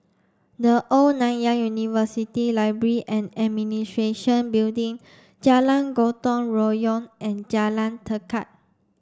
the Old Nanyang University Library and Administration Building Jalan Gotong Royong and Jalan Tekad